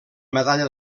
medalla